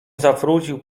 zawrócił